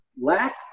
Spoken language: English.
lack